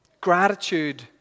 Gratitude